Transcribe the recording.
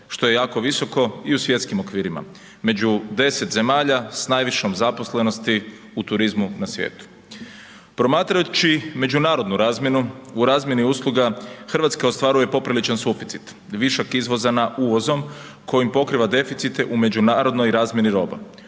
što je jako visoko i u svjetskim okvirima, među 10 zemalja s najvišom zaposlenosti u turizmu na svijetu. Promatrajući međunarodnu razmjenu, u razmjeni usluga RH ostvaruje popriličan suficit, višak izvoza na uvozom kojim pokriva deficite u međunarodnoj razmjeni roba,